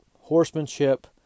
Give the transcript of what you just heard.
horsemanship